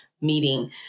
meeting